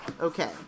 Okay